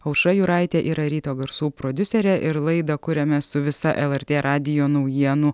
aušra jūraitė yra ryto garsų prodiuserė ir laidą kuriame su visa lrt radijo naujienų